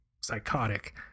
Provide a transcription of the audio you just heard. psychotic